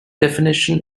definition